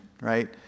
right